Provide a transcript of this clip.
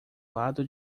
lado